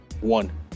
one